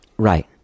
Right